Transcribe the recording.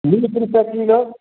बीस रुपए किलो